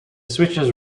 switches